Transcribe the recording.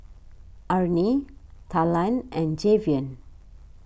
Arnie Talan and Javion